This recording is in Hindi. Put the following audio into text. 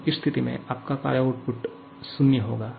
और इस स्थिति में आपका कार्य आउटपुट 0 i e होगा